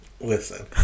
Listen